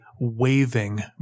waving